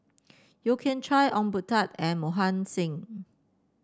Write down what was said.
Yeo Kian Chye Ong Boon Tat and Mohan Singh